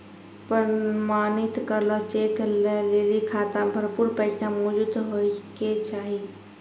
प्रमाणित करलो चेक लै लेली खाता मे भरपूर पैसा मौजूद होय के चाहि